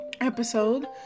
Episode